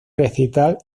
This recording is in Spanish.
recital